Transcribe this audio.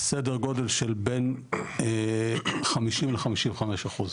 סדר גודל של בין 50-55 אחוז.